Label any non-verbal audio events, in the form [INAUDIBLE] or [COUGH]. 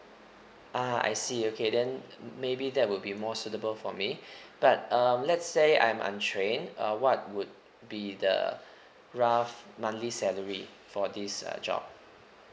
ah I see okay then maybe that would be more suitable for me [BREATH] but um let's say I'm untrained uh what would be the rough monthly salary for this uh job